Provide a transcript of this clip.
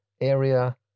area